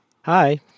Hi